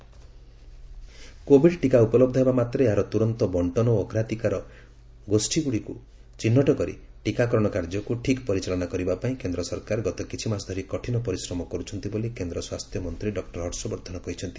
vaccine Covid ଟିକା ଉପଲବ୍ଧ ହେବା ମାତ୍ରେ ଏହାର ତୂରନ୍ତ ବର୍ଷନ ଓ ଅଗ୍ରାଧିକାର ଗୋଷ୍ଠୀ ଗୁଡ଼ିକୁ ଚିହ୍ନଟ କରି ଟିକାକରଣ କାର୍ଯ୍ୟକୁ ଠିକ୍ ପରିଚାଳନା କରିବା ପାଇଁ କେନ୍ଦ୍ର ସରକାର ଗତକିଛି ମାସ ଧରି କଠିନ ପରିଶ୍ରମ କରୁଛନ୍ତି ବୋଲି କେନ୍ଦ୍ର ସ୍ୱାସ୍ଥ୍ୟ ମନ୍ତ୍ରୀ ଡକ୍ଟର ହର୍ଷବର୍ଦ୍ଧନ କହିଛନ୍ତି